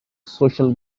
social